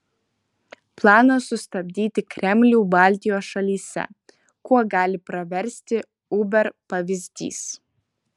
planas sustabdyti kremlių baltijos šalyse kuo gali praversti uber pavyzdys